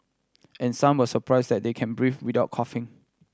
and some were surprised that they can breathe without coughing